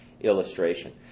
illustration